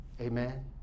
amen